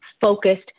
focused